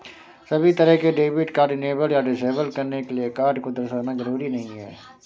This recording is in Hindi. सभी तरह के डेबिट कार्ड इनेबल या डिसेबल करने के लिये कार्ड को दर्शाना जरूरी नहीं है